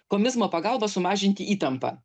komizmo pagalba sumažinti įtampą